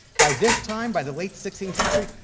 by this time, by the late sixteenth century,